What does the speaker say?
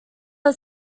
are